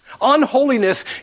Unholiness